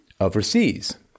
overseas